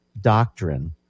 doctrine